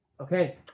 Okay